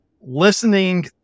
listening